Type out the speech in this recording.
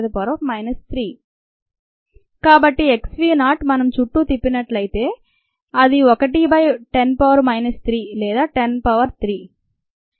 00110 3 కాబట్టి x v నాట్ మనం చుట్టూ తిప్పినట్లయితే అది 1 బై 10 పవర్ మైనస్ 3 లేదా 10 పవర్ 3